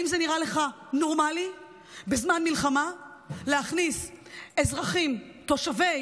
אם זה נראה לך נורמלי בזמן מלחמה להכניס אזרחים תושבי